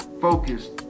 focused